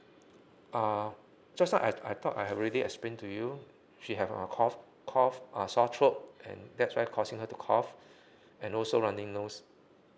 uh just now I I thought I've already explain to you she have a cough cough uh sore throat and that's why causing her to cough and also running nose